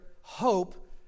hope